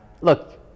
look